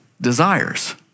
desires